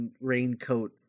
raincoat